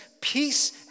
peace